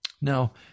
Now